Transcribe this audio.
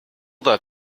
that